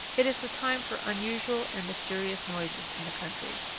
it is the time for unusual and mysterious noises in the country.